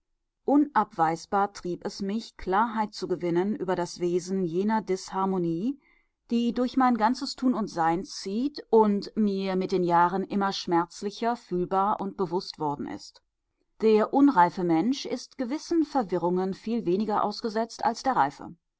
unabweisbar trieb es mich klarheit zu gewinnen über das wesen jener disharmonie die durch mein ganzes tun und sein zieht und mir mit den jahren immer schmerzlicher fühlbar und bewußt worden ist der unreife mensch ist gewissen verwirrungen viel weniger ausgesetzt als der reife